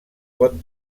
pot